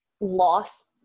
loss